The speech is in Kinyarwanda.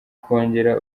kongera